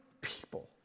people